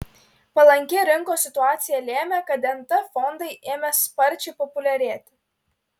palanki rinkos situacija lėmė kad nt fondai ėmė sparčiai populiarėti